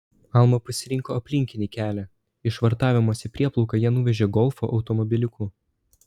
alma pasirinko aplinkinį kelią į švartavimosi prieplauką ją nuvežė golfo automobiliuku